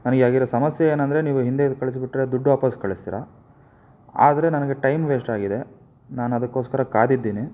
ನನಗೆ ಆಗಿರೋ ಸಮಸ್ಯೆ ಏನೆಂದ್ರೆ ನೀವು ಹಿಂದೆ ಕಳಿಸಿಬಿಟ್ರೆ ದುಡ್ಡು ವಾಪಸ್ಸು ಕಳಿಸ್ತೀರ ಆದರೆ ನನಗೆ ಟೈಮ್ ವೇಸ್ಟ್ ಆಗಿದೆ ನಾನದಕ್ಕೋಸ್ಕರ ಕಾದಿದ್ದೀನಿ